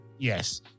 Yes